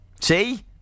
See